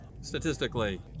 statistically